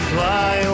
Fly